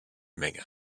menge